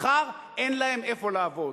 מחר אין להם איפה לעבוד.